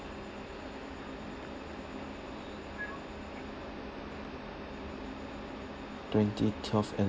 twenty twelve and